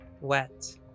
wet